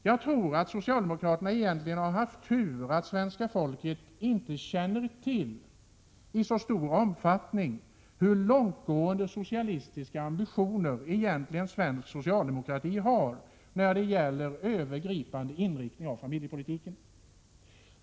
Jag tror att socialdemokraterna har haft tur på det sättet att svenska folket inte i någon stor omfattning känner till hur långtgående socialistiska ambitioner som svensk socialdemokrati egentligen har när det gäller den övergripande inriktningen av familjepolitiken.